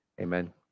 amen